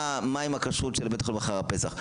מה עם הכשרות של בית החולים לאחר הפסח?